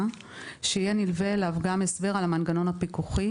שיהיה נלווה אליו גם הסבר על המנגנון הפיקוחי.